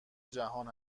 جهان